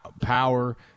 power